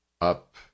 up